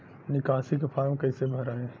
निकासी के फार्म कईसे भराई?